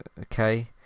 okay